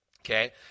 Okay